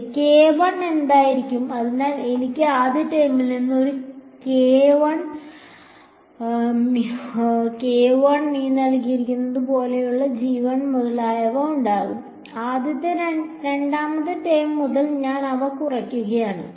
ശരി എന്തായിരിക്കും അതിനാൽ എനിക്ക് ആദ്യ ടേമിൽ നിന്ന് ഒരു ഉണ്ടാകും രണ്ടാമത്തെ ടേം മുതൽ ഞാൻ അവ കുറയ്ക്കുകയാണ്